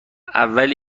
اول